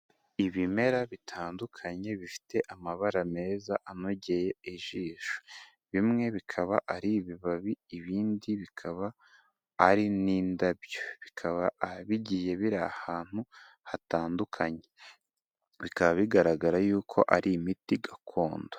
Ibimera bitandukanye bifite amabara meza anogeye ijisho, bimwe bikaba ari ibibabi, ibindi bikaba ari n'indabyo, bikaba bigiye biri ahantu hatandukanye, bikaba bigaragara yuko ari imiti gakondo.